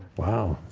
wow,